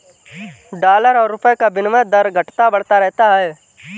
dollar और रूपए का विनियम दर घटता बढ़ता रहता है